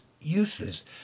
useless